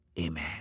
Amen